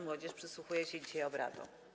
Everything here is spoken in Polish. Młodzież przysłuchuje się dzisiaj obradom.